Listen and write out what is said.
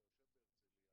אתה יושב בהרצליה,